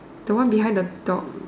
the one behind the dog